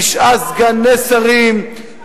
תשעה סגני שרים.